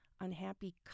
unhappy